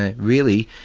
ah really,